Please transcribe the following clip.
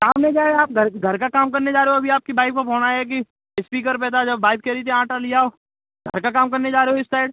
सामने क्या है आप घर घर का काम करने जा रहे हो अभी आपकी बाइफ का फ़ोन आया कि इस्पीकर पर था जब वाइफ कहे रही थी आटा ले आओ घर का काम करने जा रहे हो इस साइड